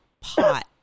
POT